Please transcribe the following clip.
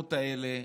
במקומות האלה.